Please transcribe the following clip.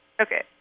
okay